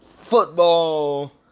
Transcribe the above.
football